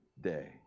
day